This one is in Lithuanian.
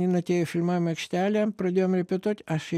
einate į filmavimo aikštelę pradėjom repetuot aš jai